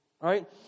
right